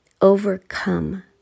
overcome